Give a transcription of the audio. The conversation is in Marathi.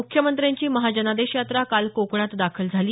मुख्यमंत्र्यांची महाजनादेश यात्रा काल कोकणात दाखल झाली